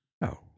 No